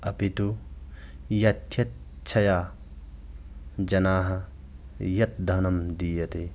अपि तु यथेच्छया जनाः यत् धनं दीयते